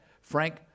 Frank